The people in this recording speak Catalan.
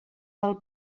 del